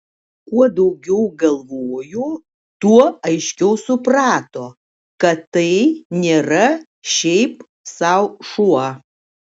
kuo daugiau galvojo tuo aiškiau suprato kad tai nėra šiaip sau šuo